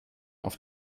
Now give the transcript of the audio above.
auf